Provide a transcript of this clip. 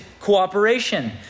cooperation